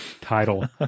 title